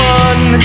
one